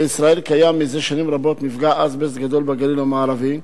בישראל קיים זה שנים רבות מפגע אזבסט גדול בגליל המערבי.